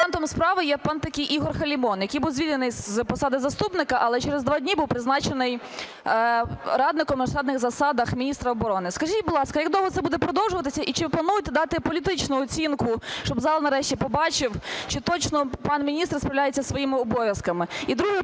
фігурантом справи є пан такий Ігор Халімон, який був звільнений з посади заступника, але через два дні був призначений радником на засадах міністра оборони. Скажіть, будь ласка, як довго це буде продовжуватися і чи ви плануєте дати політичну оцінку, щоб зал нарешті побачив, що точно пан міністр справляється із своїми обов'язками?